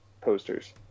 posters